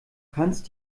kannst